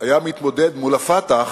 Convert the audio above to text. היה מתמודד מול ה"פתח",